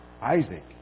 Isaac